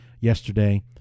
yesterday